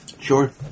Sure